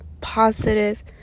positive